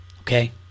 Okay